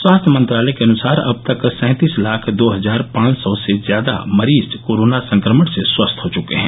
स्वास्थ्य मंत्रालय के अनुसार अब तक सैंतीस लाख दो हजार पांच सौ से ज्यादा मरीज कोरोना संक्रमण से स्वस्थ हो चुके हैं